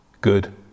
good